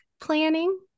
planning